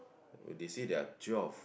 they say there are twelve